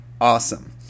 awesome